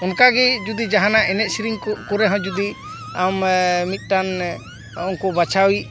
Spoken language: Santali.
ᱚᱱᱠᱟᱜᱮ ᱡᱩᱫᱤ ᱡᱟᱦᱟᱱᱟᱜ ᱮᱱᱮᱡ ᱥᱮᱨᱮᱧ ᱠᱚᱨᱮᱦᱚᱸ ᱡᱩᱫᱤ ᱟᱢ ᱢᱤᱫᱴᱟᱝ ᱩᱱᱠᱩ ᱵᱟᱪᱷᱟᱣᱤᱡ